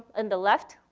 and the left,